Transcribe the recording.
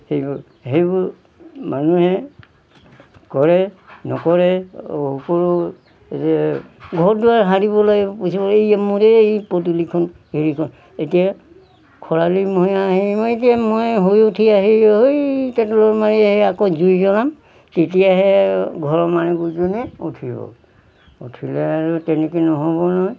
সেইবোৰ সেইবোৰ মানুহে কৰে নকৰে সৰু ঘৰ দুৱাৰ সাৰিব লাগে এই মোৰে এই পদূলিখন হেৰিখন এতিয়া খৰালি মহীয়া মই এতিয়া মই শুই উঠি আহি উঠিব উঠিলে আৰু তেনেকে নহ'ব নহয়